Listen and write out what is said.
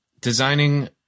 designing